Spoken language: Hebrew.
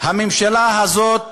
הממשלה הזאת